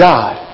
God